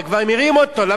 אתה כבר מרים אותו,